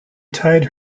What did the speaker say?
tied